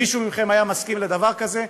מישהו מכם היה מסכים לדבר כזה?